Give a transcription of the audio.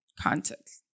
context